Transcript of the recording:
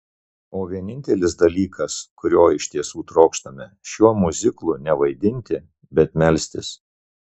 o vienintelis dalykas kurio iš tiesų trokštame šiuo miuziklu ne vaidinti bet melstis